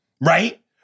right